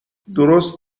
درست